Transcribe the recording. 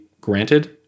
granted